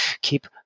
keep